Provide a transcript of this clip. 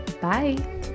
bye